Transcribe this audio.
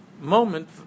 moment